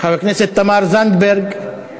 חבר הכנסת אליעזר מוזס, לא נמצא.